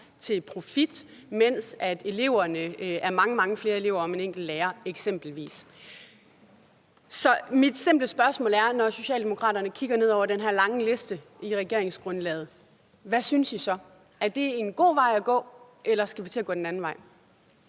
til profit, imens der eksempelvis er blevet mange flere elever til hver enkelt lærer. Så mit simple spørgsmål er: Når Socialdemokraterne kigger ned over den her lange liste i regeringsgrundlaget, hvad synes I så? Er det en god vej at gå, eller skal vi til at gå den anden vej?